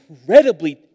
incredibly